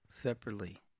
separately